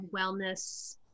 wellness